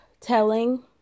telling